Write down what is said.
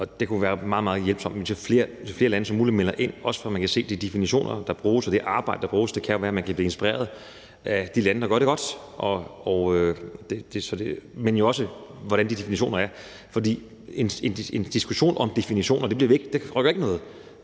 og det kunne være meget, meget hjælpsomt, hvis så mange lande som muligt melder ind, også for at vi kan se de definitioner, der bruges, og det arbejde, der bruges. Det kan jo være, at man kan blive inspireret af de lande, der gør det godt, men jo også af, hvordan de definitioner er. For en diskussion om definitioner rykker ikke noget.